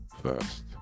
first